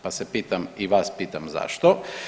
Pa se pitam i vas pitam zašto?